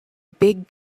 big